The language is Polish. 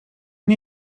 nie